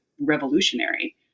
revolutionary